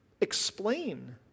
explain